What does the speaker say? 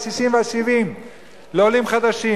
ה-60 וה-70 לעולים חדשים.